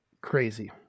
crazy